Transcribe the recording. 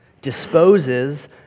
disposes